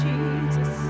Jesus